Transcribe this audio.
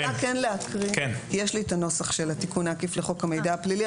אני רוצה להקריא כי יש לי את הנוסח של התיקון העקיף לחוק המידע הפלילי,